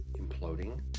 imploding